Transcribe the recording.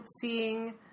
seeing